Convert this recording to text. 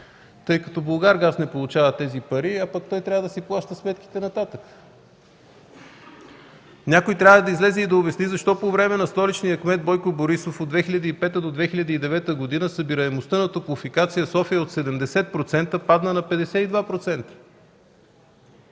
тъй като „Булгаргаз” не получава тези пари, а той трябва да си плаща сметките нататък. Някой трябва да излезе и да обясни защо по време на столичния кмет Бойко Борисов от 2005 до 2009 г. събираемостта на Топлофикация-София от 70% падна на 52%?